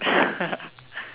ya